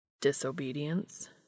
Disobedience